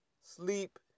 sleep